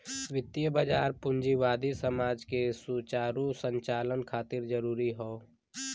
वित्तीय बाजार पूंजीवादी समाज के सुचारू संचालन खातिर जरूरी हौ